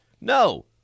No